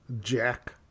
jack